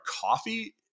coffee